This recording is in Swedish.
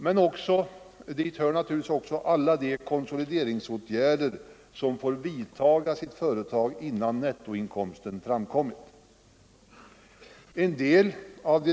Men dit hör naturligtvis också alla de konsolideringsåtgärder som får vidtas i ett företag innan nettoinkomsten framräknas.